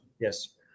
Yes